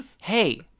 Hey